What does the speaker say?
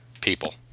People